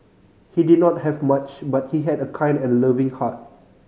he did not have much but he had a kind and loving heart